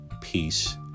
peace